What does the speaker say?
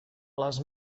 les